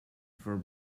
for